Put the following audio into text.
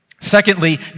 Secondly